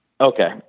Okay